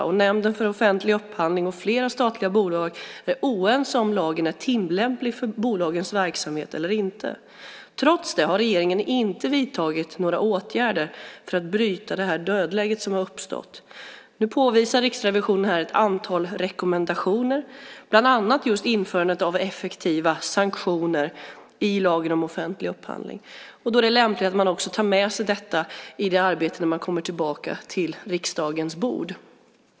Och Nämnden för offentlig upphandling och flera statliga bolag är oense om huruvida lagen är tillämplig för bolagens verksamhet eller inte. Trots det har regeringen inte vidtagit några åtgärder för att bryta det dödläge som har uppstått. Nu påvisar Riksrevisionen ett antal rekommendationer, bland annat införande av effektiva sanktioner i lagen om offentlig upphandling. Då är det lämpligt att man också tar med detta i arbetet innan förslag läggs på riksdagens bord.